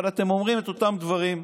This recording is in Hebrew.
אבל אתם אומרים את אותם דברים,